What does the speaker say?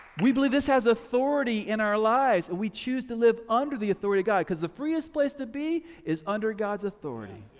we believe this has authority in our lives, and we choose to live under the authority of god, cause the freest place to be is under god's authority.